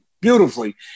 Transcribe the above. beautifully